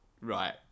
Right